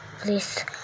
please